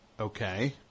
okay